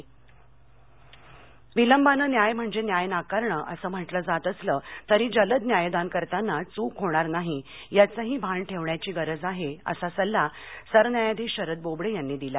शरद बोबडे नाशिक विलंबाने न्याय म्हणजे न्याय नाकारण असं म्हटलं जात असलं तरी जलद न्यायदान करताना चूक होणार नाही याचंही भान ठेवण्याची गरज आहे असा सल्ला सरन्यायाधीश शरद बोबडे यांनी दिला